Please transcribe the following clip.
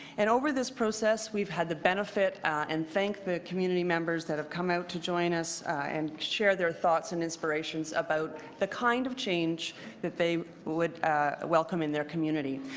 and over this process, we've had the benefit and thank the community members that have come out to join us and share their thoughts and inspiration about the kind of change that they would welcome in their community.